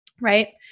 right